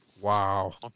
Wow